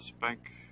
bank